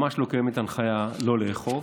ממש לא קיימת הנחיה לא לאכוף,